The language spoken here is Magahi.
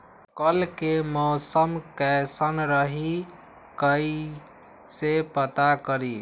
कल के मौसम कैसन रही कई से पता करी?